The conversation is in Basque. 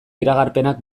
iragarpenak